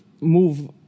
move